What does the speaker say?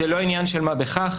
זה לא עניין של מה בכך,